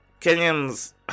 Kenyans